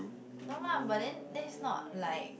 no lah but then that's not like